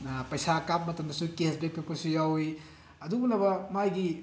ꯄꯩꯁꯥ ꯀꯥꯞꯄ ꯃꯇꯝꯗꯁꯨ ꯀꯦꯁ ꯕꯦꯛ ꯄꯤꯔꯛꯄꯁꯨ ꯌꯥꯎꯏ ꯑꯗꯨꯒꯨꯝꯂꯕ ꯃꯥꯒꯤ